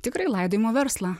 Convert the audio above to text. tikrai laidojimo verslą